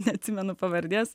neatsimenu pavardės